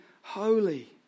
holy